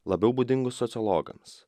labiau būdingus sociologams